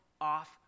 off